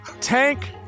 tank